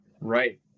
Right